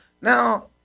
now